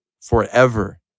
forever